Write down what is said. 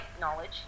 knowledge